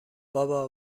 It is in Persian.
بابا